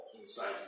inside